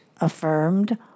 affirmed